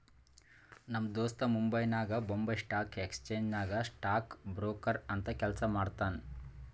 ನಮ್ ದೋಸ್ತ ಮುಂಬೈನಾಗ್ ಬೊಂಬೈ ಸ್ಟಾಕ್ ಎಕ್ಸ್ಚೇಂಜ್ ನಾಗ್ ಸ್ಟಾಕ್ ಬ್ರೋಕರ್ ಅಂತ್ ಕೆಲ್ಸಾ ಮಾಡ್ತಾನ್